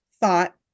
thought